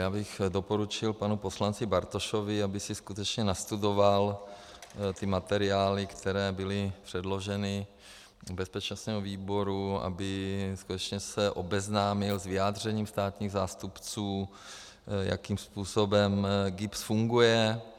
Já bych doporučil panu poslanci Bartošovi, aby si skutečně nastudoval materiály, které byly předloženy z bezpečnostního výboru, aby se skutečně seznámil s vyjádřením státních zástupců, jakým způsobem GIBS funguje.